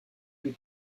plus